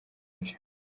byo